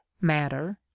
matter